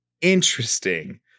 interesting